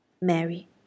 Mary